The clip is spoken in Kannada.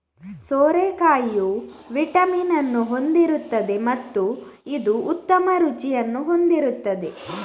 ಸೋರೆಕಾಯಿಯು ವಿಟಮಿನ್ ಅನ್ನು ಹೊಂದಿರುತ್ತದೆ ಮತ್ತು ಇದು ಉತ್ತಮ ರುಚಿಯನ್ನು ಹೊಂದಿರುತ್ತದೆ